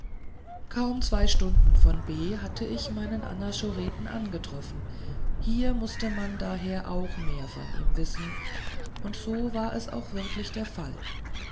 kaum zwei stunden von b hatte ich meinen anachoreten angetroffen hier mußte man daher auch mehr von ihm wissen und so war es auch wirklich der fall